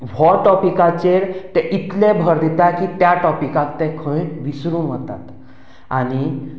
ह्या टोपिकाचेर ते इतले भर दितात की त्या टोपिकाक ते खंय विसरून वतात आनी